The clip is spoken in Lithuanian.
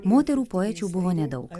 moterų poečių buvo nedaug